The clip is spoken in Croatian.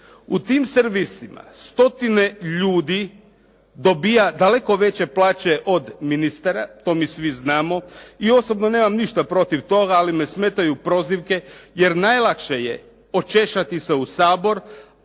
U tim servisima stotine ljudi dobiva daleko veće plaće od ministara, to mi svi znamo i osobno nemam ništa protiv toga, ali me smetaju prozivke, jer najlakše je očešati se u Sabor,